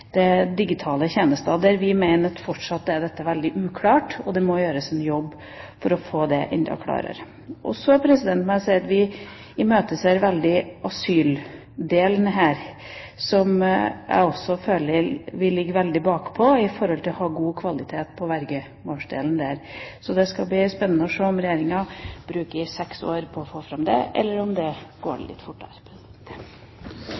må gjøres en jobb for å få det klarere. Så må jeg si at vi imøteser veldig asyldelen her, der jeg føler at vi ligger veldig bakpå med hensyn til å ha god kvalitet på vergemålsdelen. Det skal bli spennende å se om Regjeringa bruker seks år på å få fram det, eller om det går